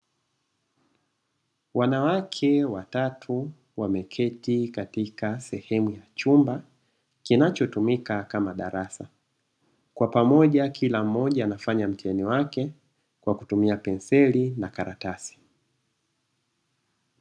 Wanawake watatu wameketi katika sehemu ya chumba kinachotumika kama darasa kwa pamoja kila mmoja anafanya mtihani wake kwa kutumia penseli na karatasi.